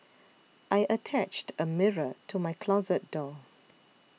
I attached a mirror to my closet door